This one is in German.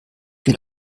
will